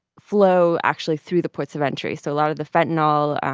flow, actually, through the ports of entry. so a lot of the fentanyl,